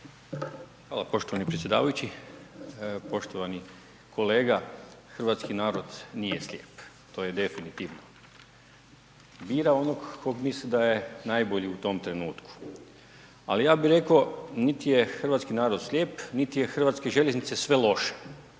Hvala poštovani predsjedavajući. Poštovani kolega, hrvatski narod nije slijep, to je definitivno, bira onog kog misli da je najbolji u tom trenutku, ali ja bi reko niti je hrvatski narod slijep, niti je hrvatske željeznice sve loše,